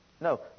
No